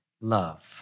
love